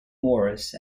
morris